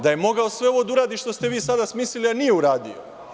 Da je mogao sve ovo da uradi, sve ovo što ste vi sada smislili, a nije uradio.